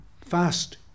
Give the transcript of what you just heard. fast